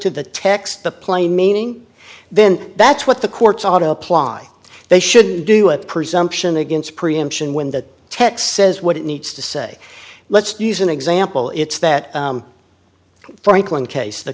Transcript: to the text the plain meaning then that's what the courts auto apply they should do a presumption against preemption when that text says what it needs to say let's use an example it's that franklin case the